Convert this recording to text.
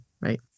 Right